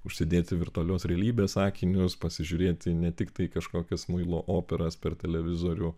užsidėti virtualios realybės akinius pasižiūrėti ne tiktai kažkokias muilo operas per televizorių